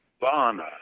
BANA